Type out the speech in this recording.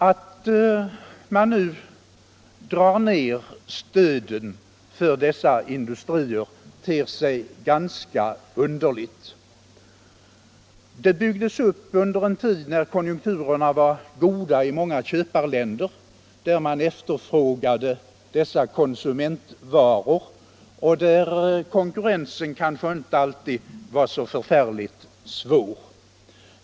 Att stödet nu dras ned för dessa industrier ter sig ganska underligt. Det byggdes upp under en tid när konjunkturerna var goda i många köparländer, där man efterfrågade dessa konsumentvaror och där konkurrensen kanske inte alltid var så förfärligt svår.